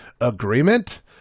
agreement